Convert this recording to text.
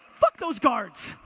fuck those guards.